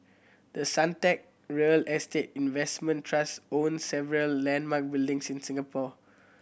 the Suntec real estate investment trust owns several landmark buildings in Singapore